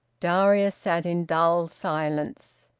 darius sat in dull silence.